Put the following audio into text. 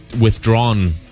withdrawn